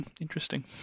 interesting